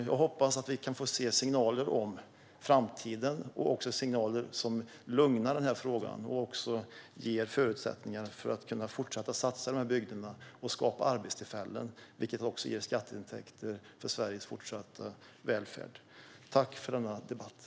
Jag hoppas att vi kan få se signaler om framtiden och även signaler i den här frågan som lugnar och ger förutsättningar att fortsätta satsa i de här bygderna och skapa arbetstillfällen, vilket också ger skatteintäkter för Sveriges fortsatta välfärd. Tack för denna debatt!